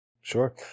Sure